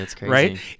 right